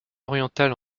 oriental